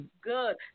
good